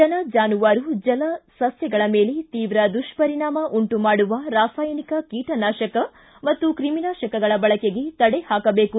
ಜನ ಚಾನುವಾರು ಜಲ ಸಸ್ಯಗಳ ಮೇಲೆ ತೀವ್ರ ದುಷ್ವರಿಣಾಮ ಉಂಟು ಮಾಡುವ ರಾಸಾಯನಿಕ ಕೀಟನಾಶಕ ಮತ್ತು ಕ್ರಿಮಿನಾಶಕಗಳ ಬಳಕೆಗೆ ತಡೆ ಹಾಕಬೇಕು